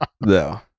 no